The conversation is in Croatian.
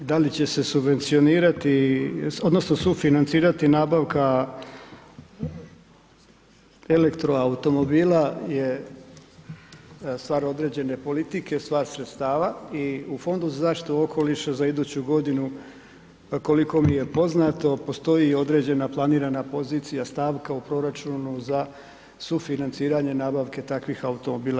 Da li će se subvencionirati odnosno sufinancirati nabavka Elektro automobila je stvar određene politike, stvar sredstava i u Fondu za zaštitu okoliša za iduću godinu koliko mi je poznato postoje određena planirana pozicija stavka u proračunu za sufinanciranje nabavke takvih automobila.